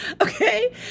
Okay